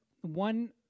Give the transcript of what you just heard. one